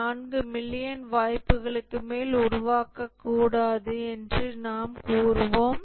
4 million வாய்ப்புகளுக்கு மேல் உருவாக்கக்கூடாது என்று நாம் கூறுவோம்